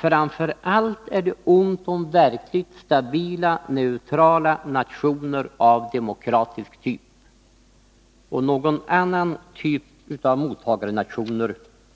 Framför allt är det ont om verkligt stabila neutrala nationer av demokratisk typ. Någon annan typ av mottagarnationer